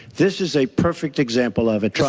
this is a perfect example of it.